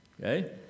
Okay